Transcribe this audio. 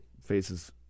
faces